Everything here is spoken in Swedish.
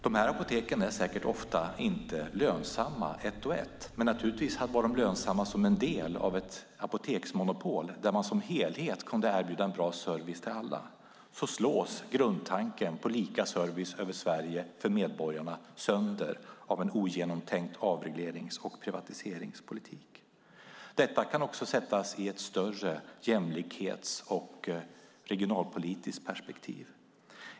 Dessa apotek är säkert ofta inte lönsamma ett och ett, men naturligtvis var de lönsamma som en del av ett apoteksmonopol där man som helhet kunde erbjuda bra service till alla. Så slås grundtanken på lika service över Sverige för medborgarna sönder av en ogenomtänkt avreglerings och privatiseringspolitik. Detta kan också sättas i ett större jämlikhets och regionalpolitiskt perspektiv.